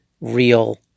real